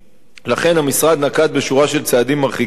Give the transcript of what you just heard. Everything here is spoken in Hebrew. לכן המשרד נקט שורה של צעדים מרחיקי לכת,